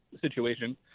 situation